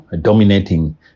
dominating